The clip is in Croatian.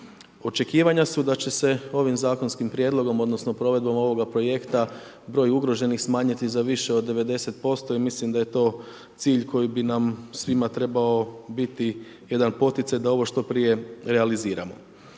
Očekivanja su da će se ovim zakonskim prijedlogom odnosno provedbom ovoga projekta broj ugroženih smanjiti za više od 90% i mislim da je to cilj koji bi nam svima trebao biti jedan poticaj da ovo što prije realiziramo.